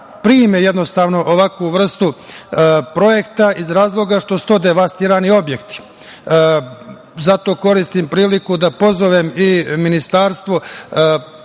prime, jednostavno, ovakvu vrstu projekta iz razloga što su to devastirani objekti. Zato koristim priliku da pozovem i Ministarstvo